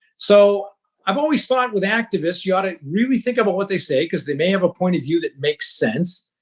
so i've always thought with activists, you ought to really think about what they say because they may have a point of view that makes sense.